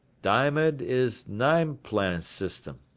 diomed is nine plan' system.